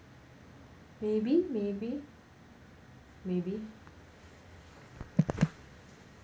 maybe maybe maybe